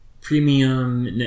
premium